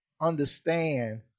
understand